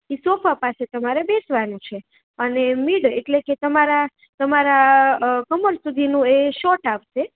એ sofa પાસે તમારે બેસવાનું છે અને મિડ એટલે કે તમારા તમારા કમર સુધીનું એ શૉટ આવશે